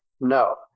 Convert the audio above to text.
No